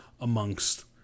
amongst